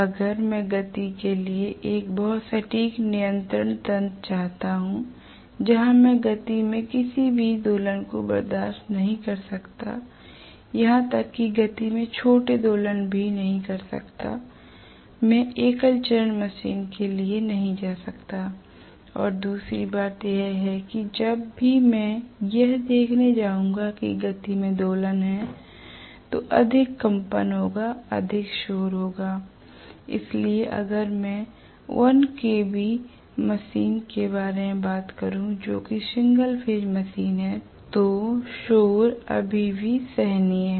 अगर मैं गति के लिए एक बहुत सटीक नियंत्रण तंत्र चाहता हूं जहां मैं गति में किसी भी दोलन को बर्दाश्त नहीं कर सकता हूं यहां तक कि गति में छोटे दोलन भी नहीं कर सकता मैं एकल चरण मशीन के लिए नहीं जा सकता और दूसरी बात यह है कि जब भी मैं यह देखने जाऊंगा कि गति में दोलन है तो अधिक कंपन होगा अधिक शोर होगा l इसलिए अगर मैं 1 kW मशीन के बारे में बात करू जो कि सिंगल फेज मशीन है तो शोर अभी भी सहनीय है